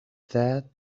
that